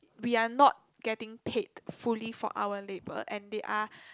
we are not getting paid fully for our labour and they are